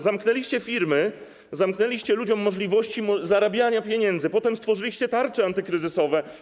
Zamknęliście firmy, zamknęliście ludziom możliwości zarabiania pieniędzy, potem stworzyliście tarcze antykryzysowe.